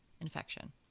infection